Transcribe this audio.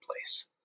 place